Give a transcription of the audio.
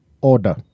order